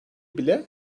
bile